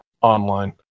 online